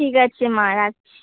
ঠিক আছে মা রাখছি